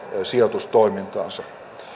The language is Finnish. sijoitustoimintaansa